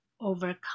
overcome